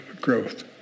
growth